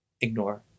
ignore